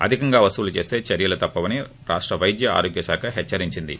అధికంగా వసూలు చేస్త చర్యలు తప్పవని రాష్ట వైద్య ఆరోగ్యశాఖ హెచ్చరించింది